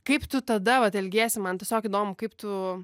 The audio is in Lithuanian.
kaip tu tada vat elgiesi man tiesiog įdomu kaip tu